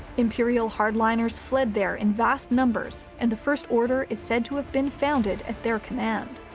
imperial hardliners fled there in vast numbers and the first order is said to have been founded at their command.